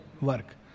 work